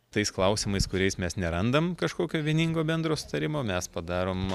tais klausimais kuriais mes nerandam kažkokio vieningo bendro sutarimo mes padarom